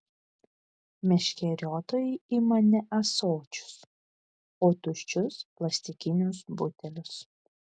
meškeriotojai ima ne ąsočius o tuščius plastikinius butelius